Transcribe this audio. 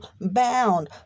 bound